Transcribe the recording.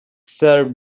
served